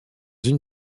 une